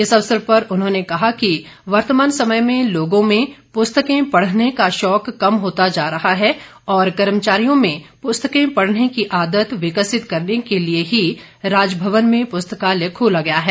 इस अवसर पर उन्होंने कहा कि वर्तमान समय में लोगों में पुस्तकें पढ़ने का शौक कम होता जा रहा है और कर्मचारियों में पुस्तकें पढ़ने की आदत विकसित करने के लिए ही राजभवन में पुस्तकालय खोला गया है